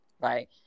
Right